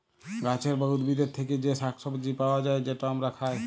গাহাচের বা উদ্ভিদের থ্যাকে যে শাক সবজি পাউয়া যায়, যেট আমরা খায়